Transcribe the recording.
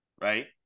right